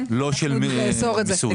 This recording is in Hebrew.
כן, נאסור את זה,